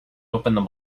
opened